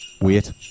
wait